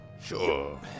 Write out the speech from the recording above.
sure